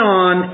on